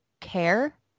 care